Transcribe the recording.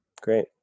great